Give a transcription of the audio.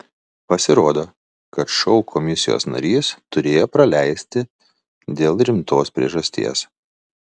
pasirodo kad šou komisijos narys turėjo praleisti dėl rimtos priežasties